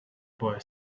boy